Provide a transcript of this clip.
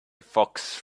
fox